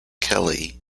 kelly